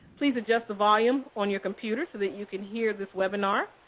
please adjust the volume on your computer so that you can hear this webinar.